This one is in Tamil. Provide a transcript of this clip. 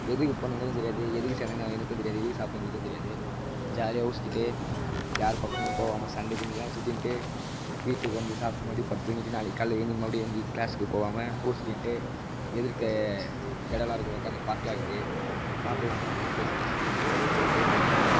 எதுக்கு போனேன்னு எனக்கும் தெரியாது சேர்ந்தனு எனக்கும் தெரியாது எதுக்கு சாப்பிடுறன்னு எனக்கும் தெரியாது ஜாலியாக ஊர் சுற்றிட்டு யார் பக்கமும் போவாமல் சண்டைக்கு கிண்டைக்கெலாம் சுற்றிட்டு வீட்டுக்கு வந்து சாப்பிட்டு மறுபடி படுத்து தூங்கி நாளைக்கு காலையில் ஏஞ்சி மறுபடி ஏஞ்சி க்ளாஸுக்கு போவாமல் ஊர் சுற்றிட்டு எதிர்க்க இடோலாம் இருக்கும் உக்காந்து பார்க்கெலாம் இருக்குது பார்க்குலெலாம் நல்லா உக்காந்து பேசிவிட்டு சுத்திவிட்டு அப்டேயே போய்ட்டே அப்டேயே இருப்போம்